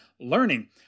learning